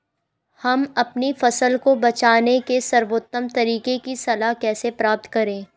हम अपनी फसल को बचाने के सर्वोत्तम तरीके की सलाह कैसे प्राप्त करें?